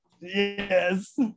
yes